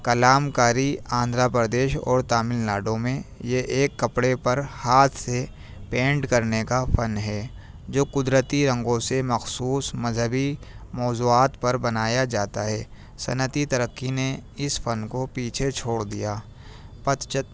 کلام کاری آندھرا پردیش اور تامل ناڈو میں یہ ایک کپڑے پر ہاتھ سے پینٹ کرنے کا فن ہے جو قدرتی رنگوں سے مخصوص مذہبی موضوعات پر بنایا جاتا ہے صنعتی ترقی نے اس فن کو پیچھے چھوڑ دیا پتچت